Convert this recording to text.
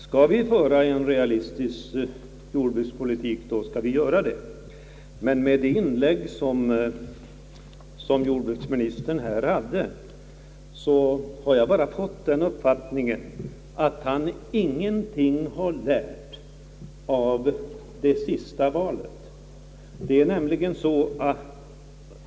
Skall vi föra en realistisk jordbrukspolitik, då skall vi göra det, Men av det inlägg som jordbruksministern här gjorde har jag fått den uppfattningen att han ingenting har lärt av det senaste valet.